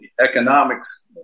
economics